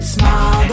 Small